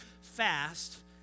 fast